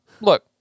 Look